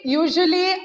usually